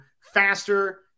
faster